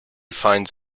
finds